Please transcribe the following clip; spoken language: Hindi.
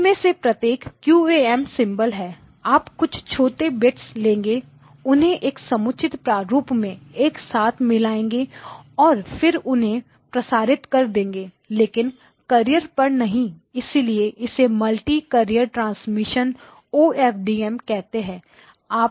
इनमें से प्रत्येक QAM सिंबल है आप कुछ छोटे बिट्स लेंगे उन्हें एक समुचित प्रारूप में एक साथ मिलाएंगे और फिर उसे प्रसारित कर देंगे लेकिन एक कैर्रिएर पर नहीं इसलिए इसे multi carrier transmission O S D M OFDM कहते है